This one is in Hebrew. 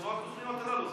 זה לא התוכניות הללו,